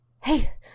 hey